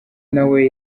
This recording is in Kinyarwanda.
nawe